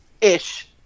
Ish